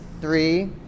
Three